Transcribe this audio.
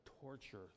torture